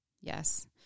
Yes